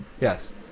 Yes